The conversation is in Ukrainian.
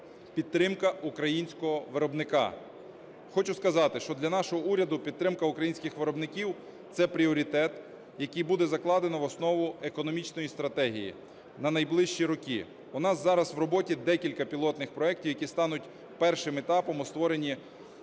підтримка українського виробника. Хочу сказати, що для нашого уряду підтримка українських виробників – це пріоритет, який буде закладено в основу економічної стратегії на найближчі роки. У нас зараз в роботі декілька пілотних проектів, які стануть першим етапом у створенні